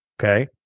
Okay